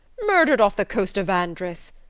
murdered off the coast of andres!